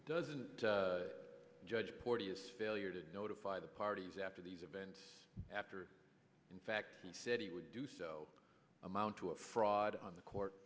doesn't judge porteous failure to notify the parties after these events after in fact he said he would do so amount to a fraud on the court